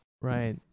Right